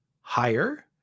higher